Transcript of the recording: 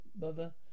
Mother